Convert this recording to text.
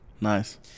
Nice